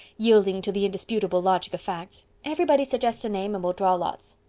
yielding to the indisputable logic of facts. everybody suggest a name and we'll draw lots.